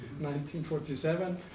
1947